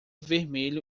vermelho